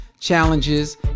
challenges